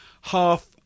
Half